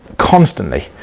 constantly